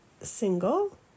single